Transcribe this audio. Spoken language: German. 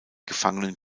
gefangenen